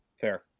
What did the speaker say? Fair